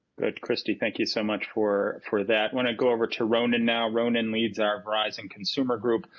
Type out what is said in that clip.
christy thank you so much for for that. want to go over to ronan now, ronan leads our verizon consumer group,